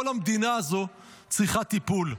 כל המדינה הזו צריכה טיפול,